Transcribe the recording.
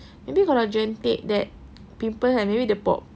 maybe kalau jentik that pimple kan maybe dia pop